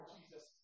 Jesus